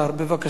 בבקשה.